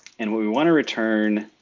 and what we wanna return,